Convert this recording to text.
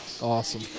Awesome